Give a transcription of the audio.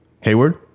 Hayward